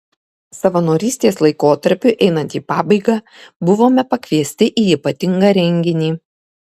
savanorystės laikotarpiui einant į pabaigą buvome pakviesti į ypatingą renginį